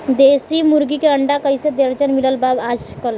देशी मुर्गी के अंडा कइसे दर्जन मिलत बा आज कल?